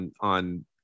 on